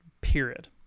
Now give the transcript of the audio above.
period